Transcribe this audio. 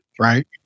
right